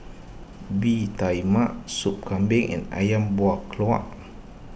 Bee Tai Mak Sup Kambing and Ayam Buah Keluak